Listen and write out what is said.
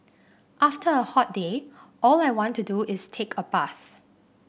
after a hot day all I want to do is take a bath